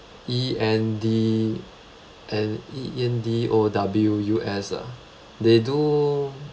E N D N E N D O W U S ah they do